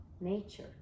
nature